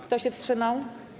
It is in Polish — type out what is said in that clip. Kto się wstrzymał?